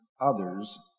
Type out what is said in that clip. others